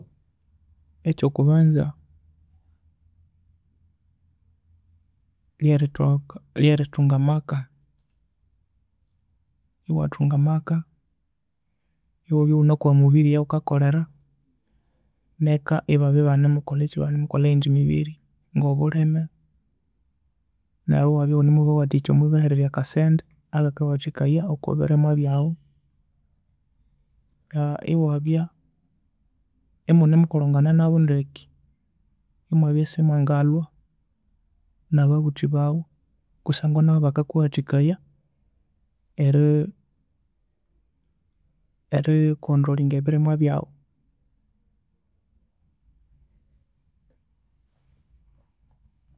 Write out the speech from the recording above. Ekyokubanza ryerithoka ryerithunga amaka, ewathunga amaka ewabya ewuwene okwa, okwa mubiri eyaghukakolhera neka ebabya ebanimukukolhaki ebanemukolha eyindi mibiri ngo bulhime naghu ewabya ewunimuwathikya omubahererya aka sente akakawathikaya okwa birimwa byaghu ewabya emunemukolhongana nabu ndeke emwabya esimwangalhwa na babuthi baghu kusangwa nabu bakawathikaya eri- eri controllinga ebirimwa byaghu.